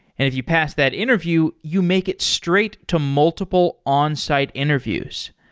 if you pass that interview, you make it straight to multiple onsite interviews.